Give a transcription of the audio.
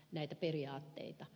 näitä periaatteita